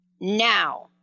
Now